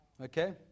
Okay